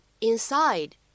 inside